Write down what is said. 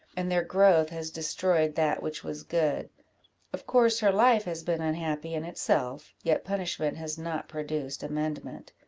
and their growth has destroyed that which was good of course, her life has been unhappy in itself, yet punishment has not produced amendment.